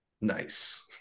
nice